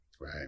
Right